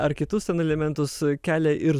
ar kitus ten alimentus kelia ir